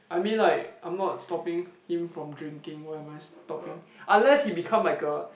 I mean like I'm not stopping him from drinking why am I stopping unless he become like a